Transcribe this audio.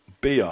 br